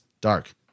dark